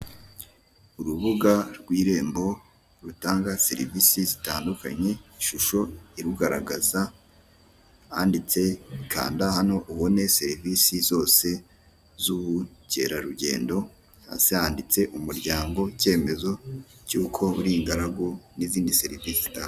Urubuga rw'irembo rutanga serivisi zitandukanye, ishusho iri kugaragaza handitse kanda hano ubone serivisi zose z'ubukerarugendo hasi handitse umuryango icyemezo cy' uko uri ingaragu n'izindi serivisi zitangwa.